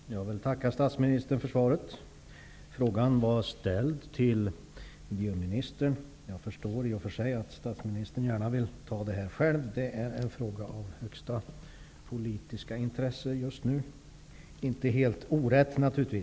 Fru talman! Jag vill tacka statsministern för svaret. Frågan var ställd till miljöministern, men jag förstår att statsministern gärna vill ta det här själv. Detta är just nu en fråga av högsta politiska intresse, naturligtvis inte helt orätt.